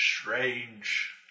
strange